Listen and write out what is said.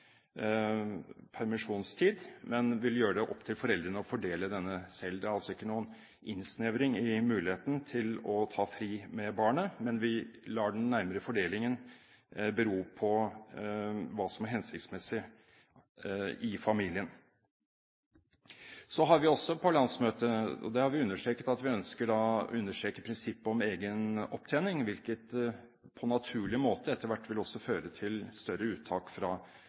permisjonstid, men vil la det være opp til foreldrene å fordele denne selv. Det er altså ikke noen innsnevring i muligheten til å ta fri med barnet, men vi lar den nærmere fordelingen bero på hva som er hensiktsmessig i familien. Så har vi også på landsmøtet understreket at vi ønsker prinsippet om egen opptjening – hvilket på naturlig måte etter hvert også vil føre til større uttak fra